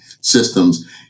systems